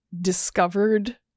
discovered